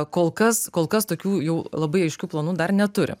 kol kas kol kas tokių jau labai aiškių planų dar neturim